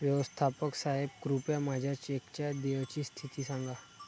व्यवस्थापक साहेब कृपया माझ्या चेकच्या देयची स्थिती सांगा